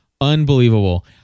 unbelievable